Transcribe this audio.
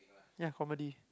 ya comedy